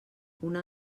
una